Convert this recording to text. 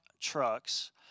trucks